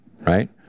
Right